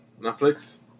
Netflix